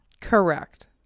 Correct